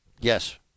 Yes